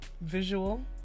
visual